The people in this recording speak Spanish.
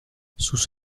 sus